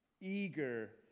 eager